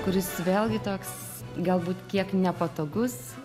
kuris vėlgi toks galbūt kiek nepatogus